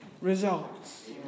results